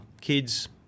kids